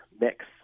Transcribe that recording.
mix